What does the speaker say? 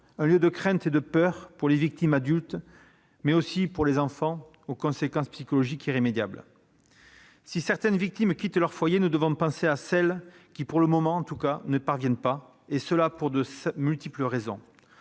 un lieu de crainte et de peur pour les victimes adultes, mais aussi pour les enfants, qui subissent des conséquences psychologiques irrémédiables. Si certaines victimes quittent leur foyer, nous devons penser à celles qui, pour le moment, n'y parviennent pas ; cela s'impose pour de multiples raisons.